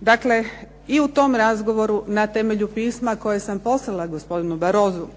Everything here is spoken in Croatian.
Dakle, i u tom razgovoru na temelju pisma koje sam poslala gospodinu Barrosu